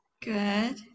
Good